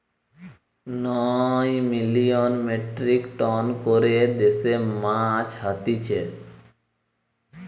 নয় million metric ton করে দেশে মাছ হতিছে